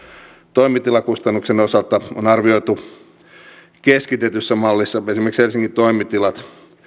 toimitilakustannusten osalta on arvioitu keskitetyssä mallissa esimerkiksi helsingin toimitilojen